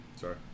Sorry